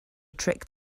trick